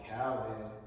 Calvin